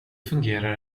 fungerar